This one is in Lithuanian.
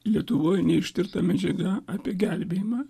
lietuvoj neištirta medžiaga apie gelbėjimą